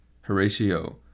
Horatio